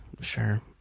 Sure